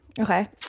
okay